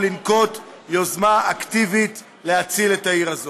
לנקוט יוזמה אקטיבית להציל את העיר הזאת.